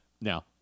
Now